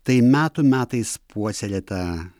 tai metų metais puoselėta